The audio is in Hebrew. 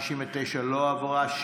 הסתייגות 69 לא עברה.